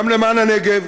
גם למען הנגב,